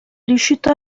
riuscito